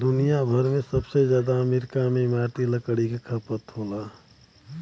दुनिया भर में सबसे जादा अमेरिका में इमारती लकड़ी क खपत होला